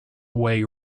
way